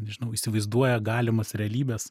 nežinau įsivaizduoja galimas realybes